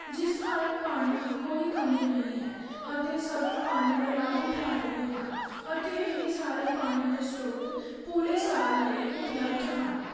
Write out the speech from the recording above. ਜਿਸ ਕਾਰਨ ਪਾਣੀ ਦੀ ਕੋਈ ਕਮੀ ਨਹੀਂ ਹੈ ਅਤੇ ਸਭ ਪਾਣੀ ਦਾ ਲਾਭ ਉਠਾ ਰਹੇ ਹਨ ਅਤੇ ਇਹ ਸਾਰੇ ਪਾਣੀ ਦੇ ਸਰੋਤ ਪੂਰੇ ਸਾਲ ਲਈ ਉਪਲਬਧ ਹਨ